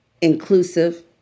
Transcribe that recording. inclusive